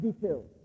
details